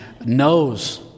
knows